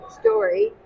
story